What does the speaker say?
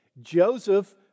Joseph